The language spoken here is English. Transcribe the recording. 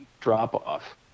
drop-off